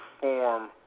form